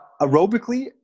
aerobically